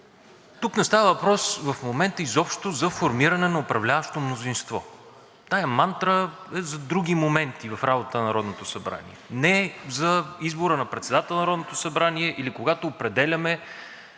Не става въпрос в момента изобщо за формиране на управляващо мнозинство. Тази мантра е за други моменти в работата на Народното събрание, а не е за избора на председателя на Народното събрание или когато определяме